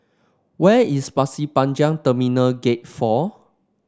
where is Pasir Panjang Terminal Gate Four